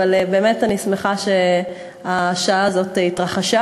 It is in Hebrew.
אבל אני באמת שמחה שהשעה הזאת התרחשה,